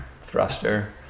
thruster